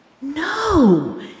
No